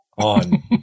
on